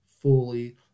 fully